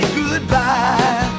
goodbye